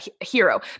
Hero